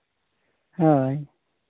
ᱦᱳᱭ